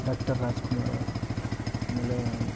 doctor Rajkumar ಆಮೇಲೆ